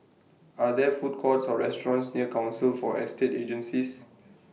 Are There Food Courts Or restaurants near Council For Estate Agencies